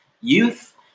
youth